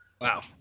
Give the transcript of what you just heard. Wow